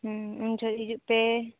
ᱦᱩᱸ ᱩᱱ ᱡᱚᱦᱚᱜ ᱦᱤᱡᱩᱜᱯᱮ